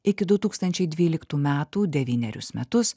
iki du tūkstančiai dvyliktų metų devynerius metus